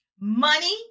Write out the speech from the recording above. Money